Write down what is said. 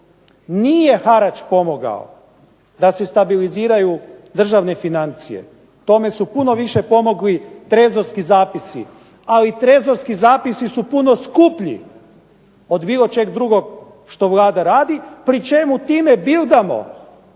Nije harač pomogao da se stabiliziraju državne financije, tome su puno više pomogli trezorski zapisi. Ali trezorski zapisi su puno skuplji od bilo čega drugog što Vlada radi, pri čemu time bildamo